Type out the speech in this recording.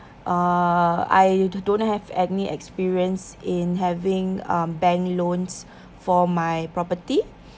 uh I don't have any experience in having um bank loans for my property